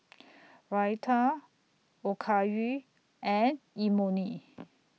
Raita Okayu and Imoni